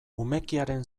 umekiaren